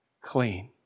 clean